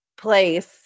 place